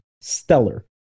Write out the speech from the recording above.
stellar